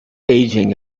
aging